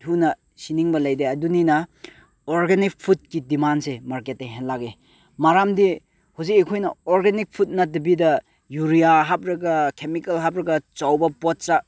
ꯊꯨꯅ ꯁꯤꯅꯤꯡꯕ ꯂꯩꯇꯦ ꯑꯗꯨꯅꯤꯅ ꯑꯣꯔꯒꯥꯅꯤꯛ ꯐꯨꯠꯀꯤ ꯗꯤꯃꯥꯟꯁꯦ ꯃꯥꯔꯀꯦꯠꯇ ꯍꯦꯜꯂꯛꯏ ꯃꯔꯝꯗꯤ ꯍꯧꯖꯤꯛ ꯑꯩꯈꯣꯏꯅ ꯑꯣꯔꯒꯥꯅꯤꯛ ꯐꯨꯠ ꯅꯠꯇꯕꯤꯗ ꯌꯨꯔꯤꯌꯥ ꯍꯥꯞꯂꯒ ꯀꯦꯃꯤꯀꯦꯜ ꯍꯥꯞꯂꯒ ꯑꯆꯧꯕ ꯄꯣꯠꯁꯛ